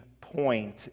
point